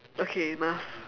okay enough